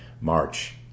March